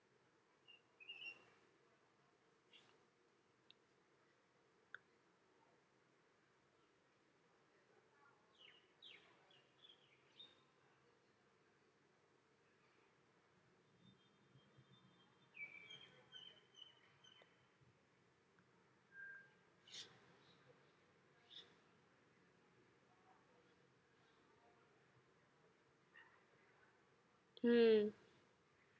mm